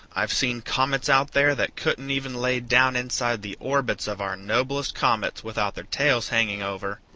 i've seen comets out there that couldn't even lay down inside the orbits of our noblest comets without their tails hanging over.